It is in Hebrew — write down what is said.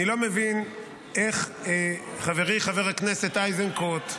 אני לא מבין איך חברי חבר הכנסת איזנקוט,